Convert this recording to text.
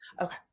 Okay